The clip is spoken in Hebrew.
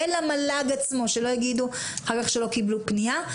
ולמל"ג עצמו שלא יגידו אחר כך שלא קיבלו פנייה,